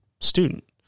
student